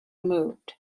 moved